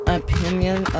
opinion